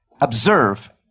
observe